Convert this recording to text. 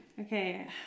Okay